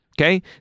okay